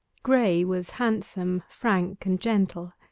graye was handsome, frank, and gentle.